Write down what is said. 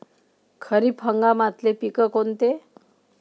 खरीप हंगामातले पिकं कोनते?